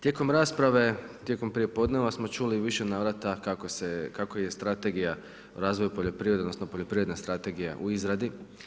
Tijekom raspravu, tijekom prijepodneva smo čuli više navrata, kako se je, kako je strategija, razvoj poljoprivrede, odnosno, poljoprivredne strategija u izradi.